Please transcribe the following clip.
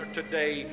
today